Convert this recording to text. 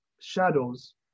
shadows